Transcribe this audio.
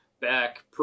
back